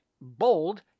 bold